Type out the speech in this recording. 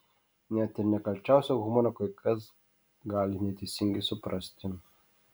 net ir nekalčiausią humorą kai kas gali neteisingai suprasti